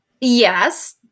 Yes